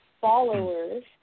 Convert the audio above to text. followers